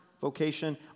vocation